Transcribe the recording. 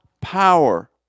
power